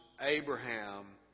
Abraham